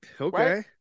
Okay